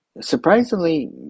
surprisingly